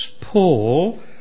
Paul